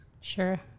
Sure